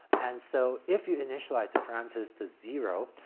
and so if you initialize the parameters to zero,